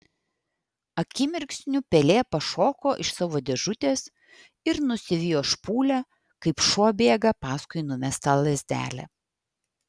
akimirksniu pelė pašoko iš savo dėžutės ir nusivijo špūlę kaip šuo bėga paskui numestą lazdelę